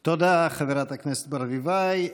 תודה, חברת הכנסת ברביבאי.